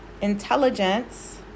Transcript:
intelligence